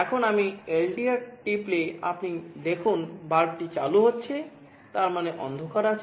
এখন আমি LDR টিপলে আপনি দেখুন বাল্বটি চালু হচ্ছে তার মানে অন্ধকার আছে